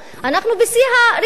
אנחנו בשיא הרצינות,